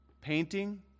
painting